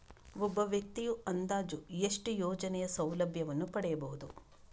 ಒಬ್ಬ ವ್ಯಕ್ತಿಯು ಅಂದಾಜು ಎಷ್ಟು ಯೋಜನೆಯ ಸೌಲಭ್ಯವನ್ನು ಪಡೆಯಬಹುದು?